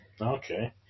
Okay